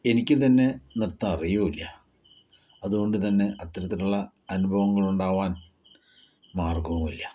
എനിക്ക് തന്നെ നൃത്തം അറിയുകയും ഇല്ല അതുകൊണ്ട് തന്നെ അത്തരത്തിലുള്ള അനുഭവങ്ങളുണ്ടാകാൻ മാർഗ്ഗവും ഇല്ല